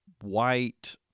white